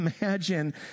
imagine